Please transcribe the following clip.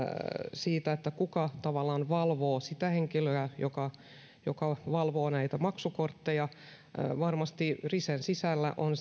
siitä kuka tavallaan valvoo sitä henkilöä joka joka valvoo näitä maksukortteja varmasti risen sisällä on